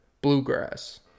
bluegrass